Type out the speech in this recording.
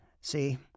See